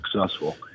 successful